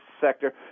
sector